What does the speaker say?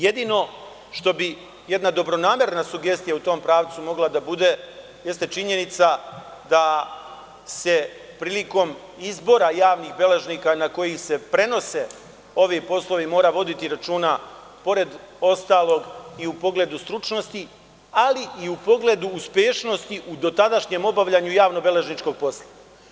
Jedino što bi jedna dobronamerna sugestija u tom pravcu mogla da bude jeste činjenica da se prilikom izbora javnih beležnika, na koje se prenose ovi poslovi, mora voditi računa, pored ostalog, i u pogledu stručnosti, ali i u pogledu uspešnosti u dotadašnjem obavljanju javnobeležničkog posla.